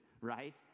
right